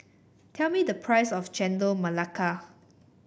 tell me the price of Chendol Melaka